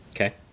Okay